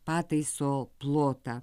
pataiso plotą